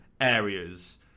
areas